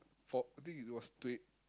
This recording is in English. four I think it was twen~